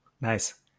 Nice